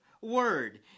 word